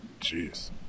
Jeez